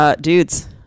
Dudes